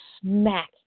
smack